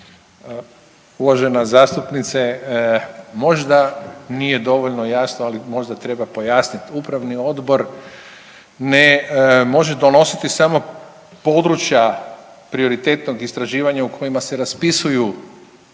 Uvažena zastupnice. Možda nije dovoljno jasno, ali možda treba pojasnit. Upravni odbor ne može donositi samo područja prioritetnog istraživanja u kojima se raspisuju